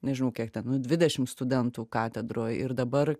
nežinau kiek ten nu dvidešim studentų katedroj ir dabar